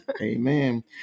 Amen